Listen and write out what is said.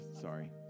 sorry